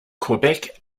quebec